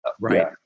Right